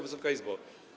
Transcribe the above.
Wysoka Izbo!